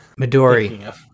midori